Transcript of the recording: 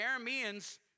Arameans